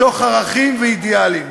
מתוך ערכים ואידיאלים.